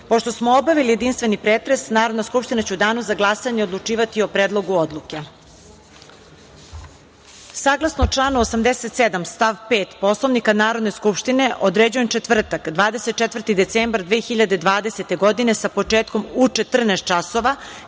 smo obavili jedinstveni pretres, Narodna skupština će u danu za glasanje odlučivati o Predlogu odluke. Saglasno članu 87. stav 5. Poslovnika Narodne skupštine, određujem četvrtak, 24. decembar 2020. godine, sa početkom u 14,00 časova,